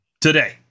today